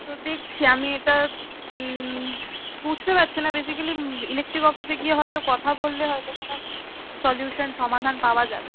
তো দেখছি আমি এটা বুঝতে পারছি না বেসিক্যালি ইলেকট্রিক অফিসে গিয়ে হয়তো কথা বললে হয়তো কোনো সলিউশান সমাধান পাওয়া যাবে